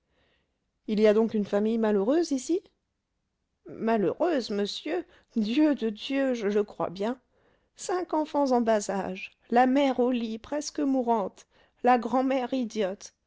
il y a donc une famille malheureuse ici malheureuse monsieur dieu de dieu je le crois bien cinq enfants en bas âge la mère au lit presque mourante la grand'mère idiote